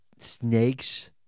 snakes